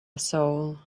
soul